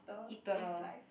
eternal